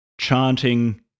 chanting